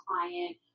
client